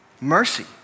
mercy